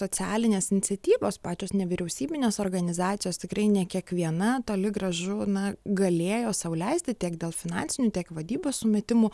socialinės iniciatyvos pačios nevyriausybinės organizacijos tikrai ne kiekviena toli gražu na galėjo sau leisti tiek dėl finansinių tiek vadybos sumetimų